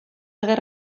gerra